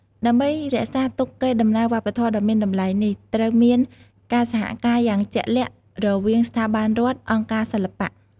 ដើម្បីរក្សាទុកកេរ្តិ៍ដំណែលវប្បធម៌ដ៏មានតម្លៃនេះ ត្រូវមានការសហការយ៉ាងជាក់លាក់រវាងស្ថាប័នរដ្ឋ អង្គការសិល្បៈ។